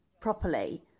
properly